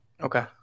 Okay